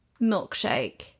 milkshake